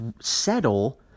settle